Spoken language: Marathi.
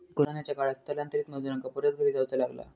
कोरोनाच्या काळात स्थलांतरित मजुरांका परत घरी जाऊचा लागला